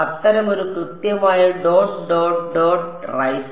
അത്തരമൊരു കൃത്യമായ dot dot dot right